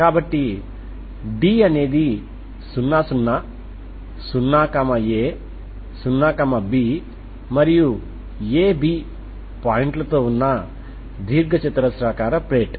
కాబట్టి D అనేది 00 0a 0b మరియు a b పాయింట్లతో ఉన్న దీర్ఘచతురస్రాకార ప్లేట్